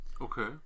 Okay